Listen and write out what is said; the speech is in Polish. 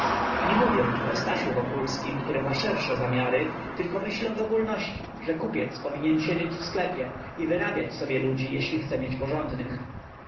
nie mówię tu o stasiu wokulskim który ma szersze zamiary tylko myślę w ogólności że kupiec powinien siedzieć w sklepie i wyrabiać sobie ludzi jeżeli chce mieć porządnych